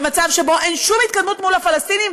במצב שבו אין שום התקדמות מול הפלסטינים,